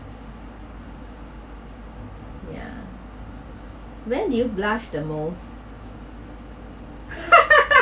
ya when did you blush the most